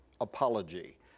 Apology